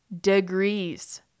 degrees